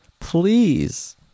Please